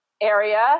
area